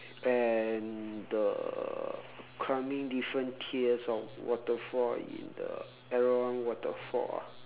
and the climbing different tiers of waterfall in the erawan waterfall ah